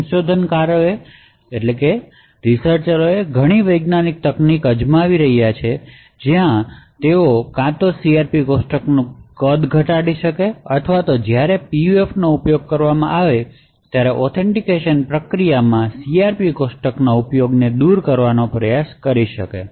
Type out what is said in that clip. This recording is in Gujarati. સંશોધનકારોએ ઘણી વૈકલ્પિક તકનીકો અજમાવી રહ્યા છે જ્યાં તેઓ કાં તો CRP કોષ્ટકોનું કદ ઘટાડી શકે છે અથવા જ્યારે PUFનો ઉપયોગ કરવામાં આવે ત્યારે ઓથેન્ટિકેશન પ્રક્રિયામાં CRP કોષ્ટકોના ઉપયોગને દૂર કરવાનો પ્રયાસ કરી શકે છે